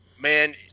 man